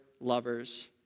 lovers